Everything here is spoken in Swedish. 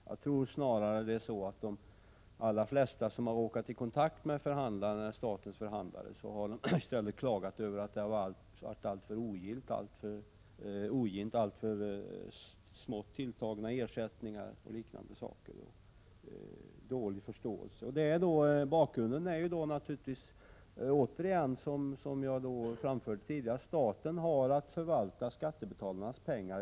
Jag tror snarare att de allra flesta som har råkat i kontakt med statens förhandlare i stället har klagat över att det varit alltför ogint, alltför smått tilltagna ersättningar och alltför dålig förståelse. Bakgrunden är naturligtvis återigen, som jag framförde tidigare, att staten har att förvalta skattebetalarnas pengar.